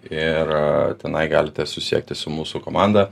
ir tenai galite susisiekti su mūsų komanda